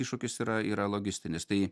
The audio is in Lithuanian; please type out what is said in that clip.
iššūkis yra yra logistinis tai